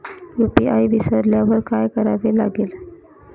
UPI विसरल्यावर काय करावे लागेल?